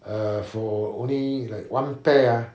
err for only like one pair ah